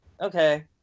okay